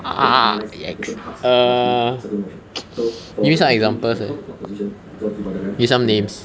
uh !yikes! err give me some examples leh give some names